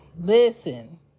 listen